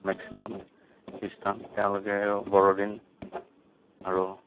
maximum খ্ৰীষ্টান তেওঁলোকে বৰদিন আৰু